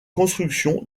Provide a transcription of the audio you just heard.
construction